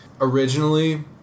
originally